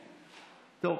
טוב,